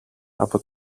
από